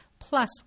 plus